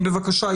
בבקשה,